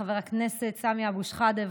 חבר הכנסת סמי אבו שחאדה,